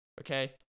okay